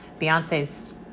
beyonce's